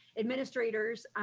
administrators,